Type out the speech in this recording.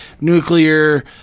nuclear